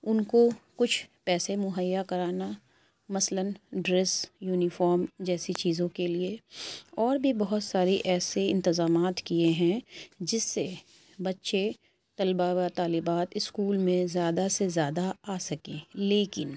ان کو کچھ پیسے مہیا کرانا مثلاً ڈریس یونیفارم جیسی چیزوں کے لیے اور بھی بہت ساری ایسے انتظامات کئے ہیں جس سے بچے طلبہ وطالبات اسکول میں زیادہ سے زیادہ آ سکیں لیکن